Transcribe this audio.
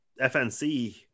FNC